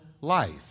life